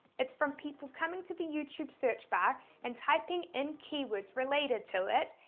it's from people coming to the youtube search bar and typing in key words related to it,